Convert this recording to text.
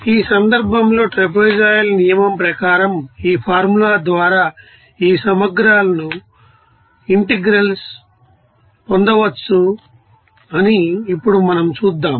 ఈ సందర్భంలో ట్రాపెజోయిడల్ నియమం ప్రకారం ఈ ఫార్ములా ద్వారా ఈ సమగ్రాలను పొందవచ్చు అని ఇప్పుడు మనం చూద్దాం